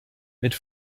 mit